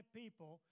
people